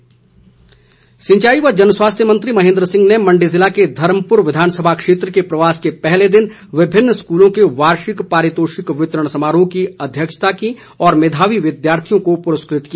महेंद्र सिह सिंचाई व जन स्वास्थ्य मंत्री महेंद्र सिंह ने मंडी जिला के धर्मपुर विधान सभा क्षेत्र के प्रवास के पहले दिन विभिन्न स्कूलों के वार्षिक पारितोषिक वितरण समारोह की अध्यक्षता की और मेधावी विद्यार्थियों को पुरस्कृत किया